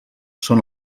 són